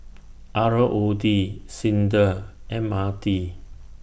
R O D SINDA M R T